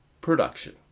Production